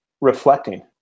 reflecting